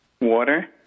Water